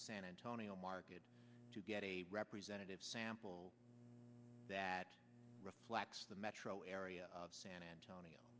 the san antonio market to get a representative sample that reflects the metro area of san antonio